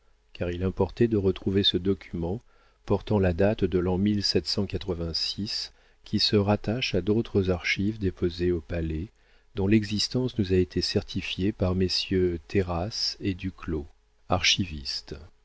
car il importait de retrouver ce document portant la date de l'an qui se rattache à d'autres archives déposées au palais dont l'existence nous a été certifiée par messieurs terrasse et duclos archivistes et